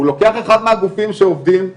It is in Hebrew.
הוא לוקח אחד מהגופים שעובדים,